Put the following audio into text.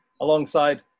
alongside